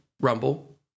Rumble